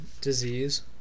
disease